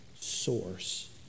source